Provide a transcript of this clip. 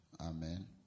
amen